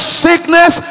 sickness